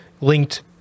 linked